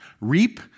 Reap